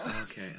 Okay